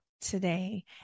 today